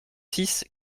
six